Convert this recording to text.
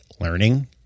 learning